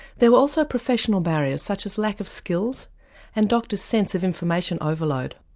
there were also professional barriers such as lack of skills and doctors sense of information overload.